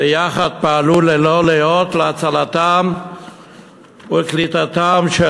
ביחד הם פעלו ללא לאות להצלתם וקליטתם של